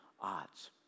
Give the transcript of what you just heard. odds